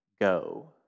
go